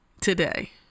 today